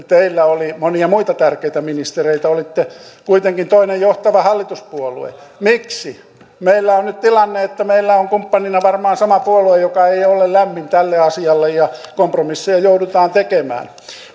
teillä oli monia muita tärkeitä ministereitä olitte kuitenkin toinen johtava hallituspuolue miksi meillä on nyt tilanne että meillä on kumppanina varmaan sama puolue joka ei ole lämmin tälle asialle ja kompromisseja joudutaan tekemään